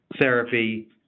therapy